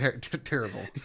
terrible